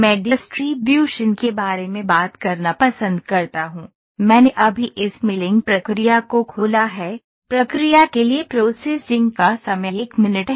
मैं डिस्ट्रीब्यूशन के बारे में बात करना पसंद करता हूं मैंने अभी इस मिलिंग प्रक्रिया को खोला है प्रक्रिया के लिए प्रोसेसिंग का समय 1 मिनट है